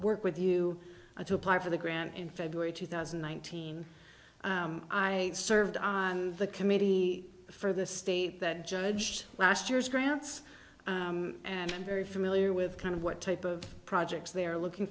work with you i do apply for the grant in february two thousand one thousand i served on the committee for the state that judged last year's grants and i'm very familiar with kind of what type of projects they are looking